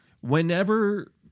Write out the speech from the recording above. whenever